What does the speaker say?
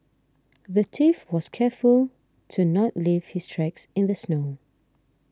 the thief was careful to not leave his tracks in the snow